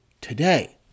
today